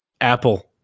Apple